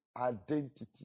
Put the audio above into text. identity